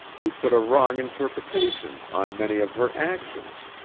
to put a wrong interpretation on many of her actions,